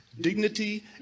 dignity